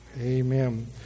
Amen